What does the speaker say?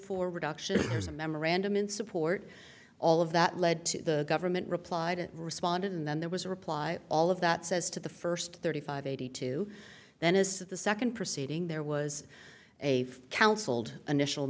for reduction there's a memorandum in support all of that led to the government replied it responded and then there was a reply all of that says to the first thirty five eighty two then as the second proceeding there was a counselled initial